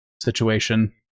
situation